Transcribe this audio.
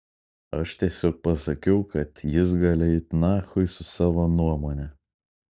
aš tiesiog pasakiau kad jis gali eit nachui su savo nuomone